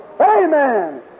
Amen